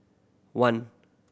one